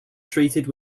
treated